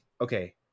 Okay